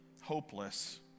hopeless